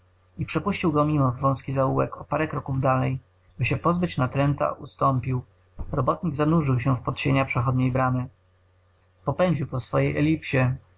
mimo w wązki zaułek o parę kroków dalej by się pozbyć natręta ustąpił robotnik zanurzył się w podsienia przechodniej bramy popędził po swojej elipsie